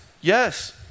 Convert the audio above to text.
Yes